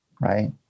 right